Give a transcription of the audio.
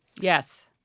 Yes